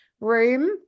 room